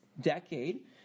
decade